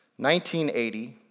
1980